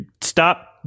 stop